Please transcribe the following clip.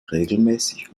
regelmäßig